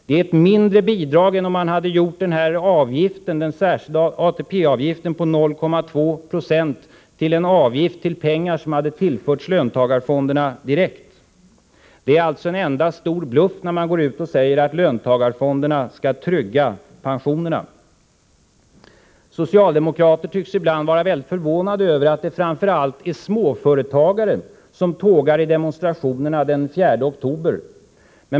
Det är ett lägre bidrag än om man hade gjort den särskilda ATP-avgiften på 0,2 96 till en avgift som direkt hade tillförts AP-fonderna. Det är alltså en enda stor bluff när man går ut och säger att löntagarfonderna skall trygga pensionerna. Socialdemokrater tycks ibland vara väldigt förvånade över att det framför allt är småföretagare som tågar i demonstrationerna den 4 oktober.